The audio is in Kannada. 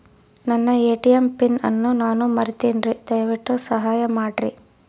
ನನ್ನ ಎ.ಟಿ.ಎಂ ಪಿನ್ ಅನ್ನು ನಾನು ಮರಿತಿನ್ರಿ, ದಯವಿಟ್ಟು ಸಹಾಯ ಮಾಡ್ರಿ